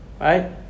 Right